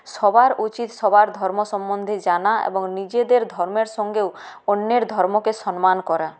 সবার উচিত সবার ধর্ম সম্বন্ধে জানা এবং নিজেদের ধর্মের সঙ্গেও অন্যের ধর্মকে সন্মান করা